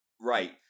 right